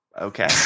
Okay